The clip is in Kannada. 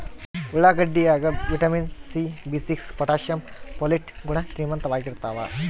ಉಳ್ಳಾಗಡ್ಡಿ ಯಾಗ ವಿಟಮಿನ್ ಸಿ ಬಿಸಿಕ್ಸ್ ಪೊಟಾಶಿಯಂ ಪೊಲಿಟ್ ಗುಣ ಶ್ರೀಮಂತವಾಗಿರ್ತಾವ